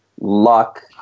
luck